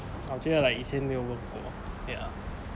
我觉得 like 以前没有问过 ya